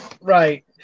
right